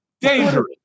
Dangerous